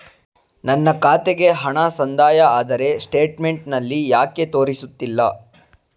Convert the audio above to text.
ನನ್ನ ಖಾತೆಗೆ ಹಣ ಸಂದಾಯ ಆದರೆ ಸ್ಟೇಟ್ಮೆಂಟ್ ನಲ್ಲಿ ಯಾಕೆ ತೋರಿಸುತ್ತಿಲ್ಲ?